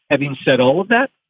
having said all of that,